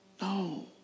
No